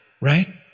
right